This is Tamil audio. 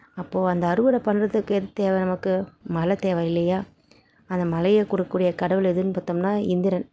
அப்போது அந்த அறுவடை பண்ணுறத்துக்கு எது தேவை நமக்கு மழை தேவை இல்லையா அந்த மழைய கொடுக்கக்கூடிய கடவுள் எதுன்னு பார்த்தோம்னா இந்திரன்